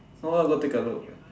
go take a look